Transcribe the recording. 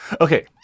Okay